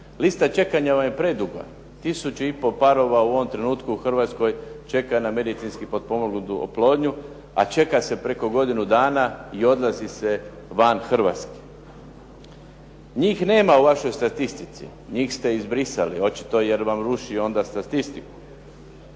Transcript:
Lista čekanja vam je preduga. 1000 i pol parova u ovom trenutku u Hrvatskoj čeka na medicinski potpomognutu oplodnju, a čeka se preko godinu dana i odlazi se van Hrvatske. Njih nema u vašoj statistici. Njih ste izbrisali očito jer vam ruši onda statistiku.